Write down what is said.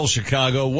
Chicago